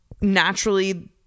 naturally